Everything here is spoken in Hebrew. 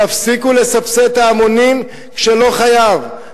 תפסיקו לסבסד את ההמונים כשלא חייבים.